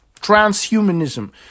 transhumanism